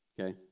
Okay